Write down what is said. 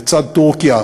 לצד טורקיה,